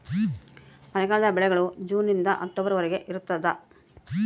ಮಳೆಗಾಲದ ಬೆಳೆಗಳು ಜೂನ್ ನಿಂದ ಅಕ್ಟೊಬರ್ ವರೆಗೆ ಇರ್ತಾದ